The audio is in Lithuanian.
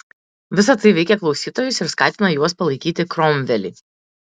visa tai veikė klausytojus ir skatino juos palaikyti kromvelį